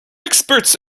experts